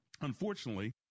unfortunately